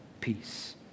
Peace